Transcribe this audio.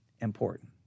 important